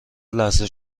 لحظه